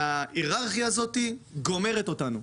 ההיררכיה הזאת גומרת אותנו,